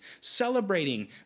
celebrating